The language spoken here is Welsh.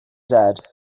dad